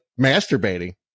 masturbating